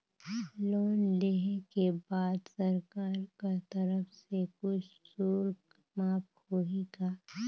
Loan लेहे के बाद सरकार कर तरफ से कुछ शुल्क माफ होही का?